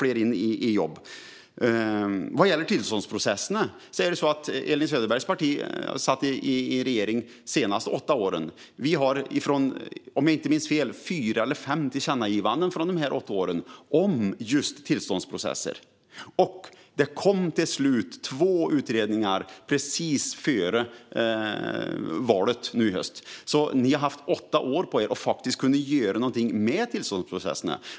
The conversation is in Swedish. Låt mig gå över till tillståndsprocesserna. Elin Söderbergs parti har ju suttit i regeringen under de senaste åtta åren. Om jag inte minns fel gjorde vi fyra eller fem tillkännagivanden om tillståndsprocesser under dessa åtta år. Till slut kom det två utredningar precis före valet i höstas. Ni har haft åtta år på er att göra något åt tillståndsprocesserna.